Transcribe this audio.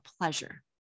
pleasure